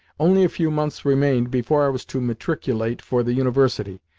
only a few months remained before i was to matriculate for the university,